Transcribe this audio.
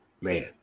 man